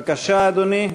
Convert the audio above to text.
בבקשה, אדוני.